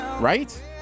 right